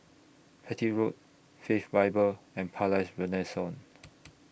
Petir Road Faith Bible and Palais Renaissance